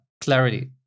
Clarity